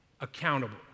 accountable